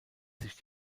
sich